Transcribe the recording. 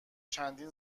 چندین